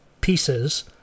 pieces